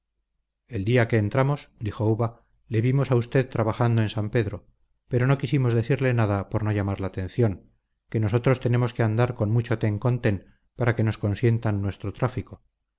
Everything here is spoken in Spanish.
el día que entramos dijo uva le vimos a usted trabajando en san pedro pero no quisimos decirle nada por no llamar la atención que nosotros tenemos que andar con mucho ten con ten para que nos consientan nuestro tráfico